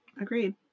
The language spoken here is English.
Agreed